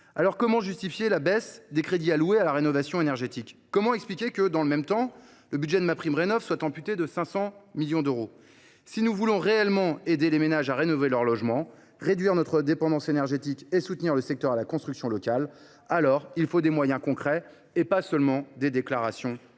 alors, comment justifier la baisse des crédits octroyés à la rénovation énergétique ? Comment expliquer que, dans le même temps, le budget de MaPrimeRénov’ soit amputé de 500 millions d’euros ? Si nous voulons réellement aider les ménages à rénover leurs logements, réduire notre dépendance énergétique et soutenir le secteur de la construction locale, alors il faut des moyens concrets, et pas seulement des déclarations